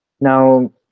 Now